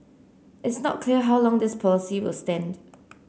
it's not clear how long this policy will stand